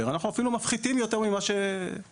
אנחנו אפילו מפחיתים יותר ממה שצפינו.